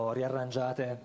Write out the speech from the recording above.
riarrangiate